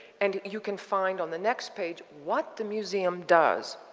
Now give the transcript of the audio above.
and you can find on the next page what the museum does.